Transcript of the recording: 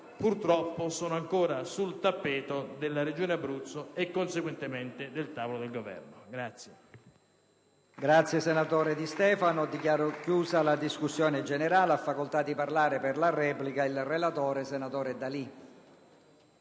purtroppo sono ancora sul tappeto della Regione Abruzzo e, conseguentemente, sul tavolo del Governo.